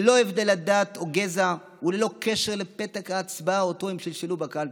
ללא הבדלי דת או גזע וללא קשר לפתק ההצבעה שאותו הם שלשלו בקלפי.